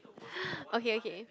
okay okay